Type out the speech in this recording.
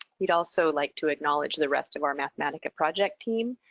we'd also like to acknowledge the rest of our mathematica project team.